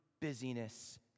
busyness